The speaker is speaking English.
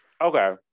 Okay